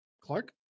Clark